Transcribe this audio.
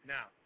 Now